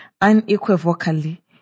unequivocally